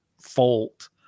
fault